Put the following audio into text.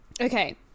okay